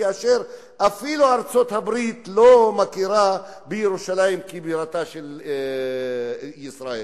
כאשר אפילו ארצות-הברית לא מכירה בירושלים כבירתה של ישראל.